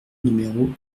numéro